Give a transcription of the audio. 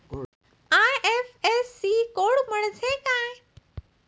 IFSC code म्हणजे काय?